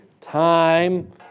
time